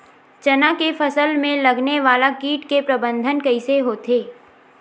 चना के फसल में लगने वाला कीट के प्रबंधन कइसे होथे?